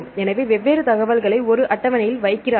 எனவே வெவ்வேறு தகவல்களை ஒரு அட்டவணையில் வைக்கிறார்கள்